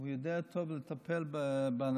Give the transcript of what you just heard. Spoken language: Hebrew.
הוא יודע טוב לטפל באנשים,